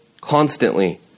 Constantly